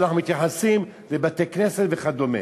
כשאנחנו מתייחסים לבתי-כנסת וכדומה.